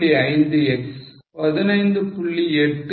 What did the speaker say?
5 x 15